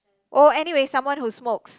oh anyway someone who smokes